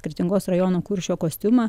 kretingos rajono kuršio kostiumą